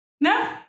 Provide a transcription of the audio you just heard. No